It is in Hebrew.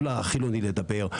או לחילוני לדבר,